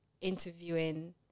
interviewing